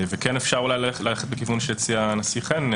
כן אפשר אולי ללכת לכיוון שהציע הנשיא חן,